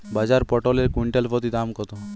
বাজারে পটল এর কুইন্টাল প্রতি দাম কত?